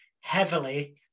heavily